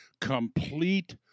Complete